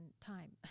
time